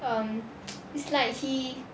um it's like he